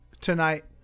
tonight